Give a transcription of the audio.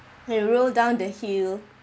we roll down the hill